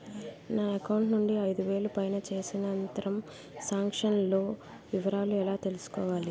నా అకౌంట్ నుండి ఐదు వేలు పైన చేసిన త్రం సాంక్షన్ లో వివరాలు ఎలా తెలుసుకోవాలి?